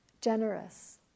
generous